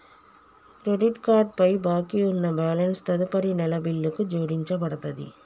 credit card పై బాకీ ఉన్న బ్యాలెన్స్ తదుపరి నెల బిల్లుకు జోడించబడతది